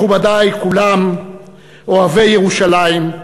מכובדי כולם אוהבי ירושלים,